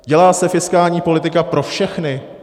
Dělá se fiskální politika pro všechny?